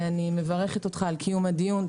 אני מברכת אותך על קיום הדיון.